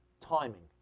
Timing